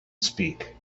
speak